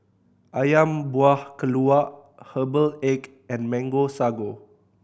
Ayam Buah Keluak herbal egg and Mango Sago